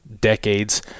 decades